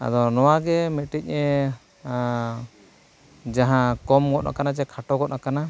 ᱟᱫᱚ ᱱᱚᱣᱟᱜᱮ ᱢᱤᱫᱴᱤᱡ ᱡᱟᱦᱟᱸ ᱠᱚᱢ ᱜᱚᱫ ᱟᱠᱟᱱᱟ ᱥᱮ ᱠᱷᱟᱴᱳ ᱜᱚᱫ ᱟᱠᱟᱱᱟ